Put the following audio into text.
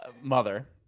mother